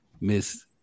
Miss